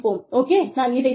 okay நான் இதைச் செய்தேன்